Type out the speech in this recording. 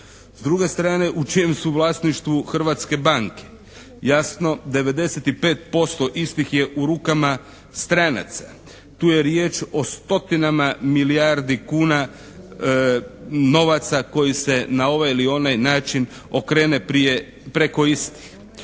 S druge strane u čijem su vlasništvu hrvatske banke. Jasno, 95% istih je u rukama stranaca. Tu je riječ o stotinama milijardi kuna novaca koji se na ovaj ili onaj način okrene prije, preko istih.